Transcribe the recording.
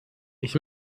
ich